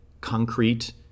concrete